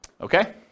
Okay